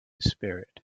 spirit